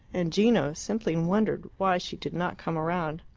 and gino simply wondered why she did not come round.